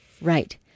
Right